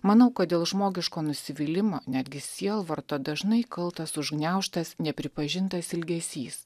manau kad dėl žmogiško nusivylimo netgi sielvarto dažnai kaltas užgniaužtas nepripažintas ilgesys